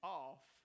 off